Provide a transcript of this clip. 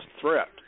threat